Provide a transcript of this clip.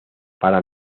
para